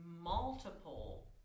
multiple